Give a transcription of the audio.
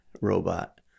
robot